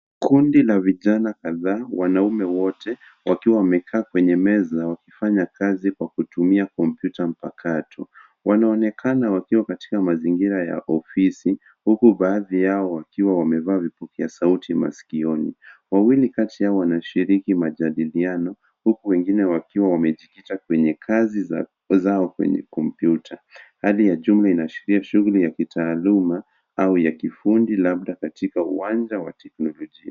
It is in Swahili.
Kundi la vijana kadhaa wanaume wote wakiwa wamekaa kwenye meza wakifanya kazi kwa kutumia kompyuta mpakato. Wanaonekana wakiwa katika mazingira ya ofisi huku baadhi yao wakiwa wamevaa vipokeasauti maskioni. Wawili kati yao wanashiriki majadiliano huku wengine wakiwa wamejikita kwenye kazi zao kwenye kompyuta. Hali ya jumba inaashiria shughuli ya kitaaluma au ya kifundi labda katika uwanja wa teknolojia.